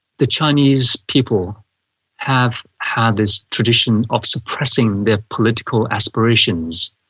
the chinese people have had this tradition of suppressing their political aspirations,